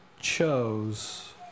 chose